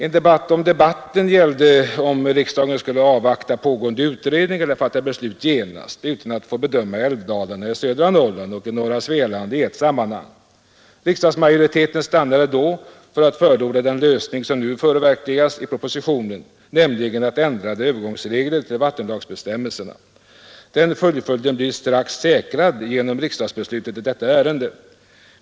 En debatt i debatten gällde om riksdagen skulle avvakta pågående utredning eller fatta beslut genast utan att få bedöma älvarna i södra Norrland och i norra Svealand i ett sammanhang. Riksdagsmajoriteten stannade då för att förorda den lösning som nu framlagts i propositionen, nämligen att ändra övergångsreglerna för vattenlagsbestämmelserna. Denna fullföljd blir strax säkrad genom riksdagsbeslutet i detta ärende.